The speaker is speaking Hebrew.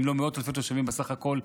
אם לא מאות אלפי תושבים בסך הכול,